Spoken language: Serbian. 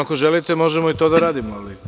Ako želite, možemo i to da radimo.